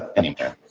anywhere.